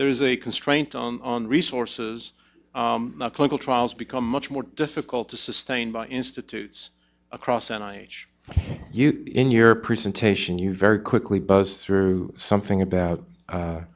there is a constraint on resources not clinical trials become much more difficult to sustain by institutes across and i you in your presentation you very quickly buzz through something about